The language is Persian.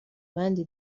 بندی